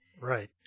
Right